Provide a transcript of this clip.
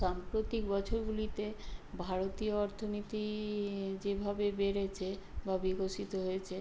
সাম্প্রতিক বছরগুলিতে ভারতীয় অর্থনীতিই যেভাবে বেড়েচে বা বিকশিত হয়েচে